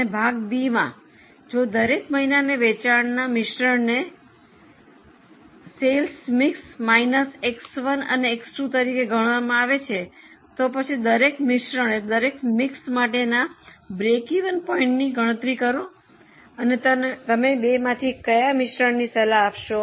અને ભાગ બીમાં જો દરેક મહિનાના વેચાણના મિશ્રણને X1 અને X2 તરીકે ગણવામાં આવે છે તો પછી દરેક મિશ્રણ માટેના સમતૂર બિંદુની ગણતરી કરો અને તમે બેમાંથી કયા મિશ્રણની સલાહ આપશો